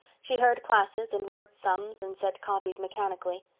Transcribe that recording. she heard classes and worked sums and set copies mechanically.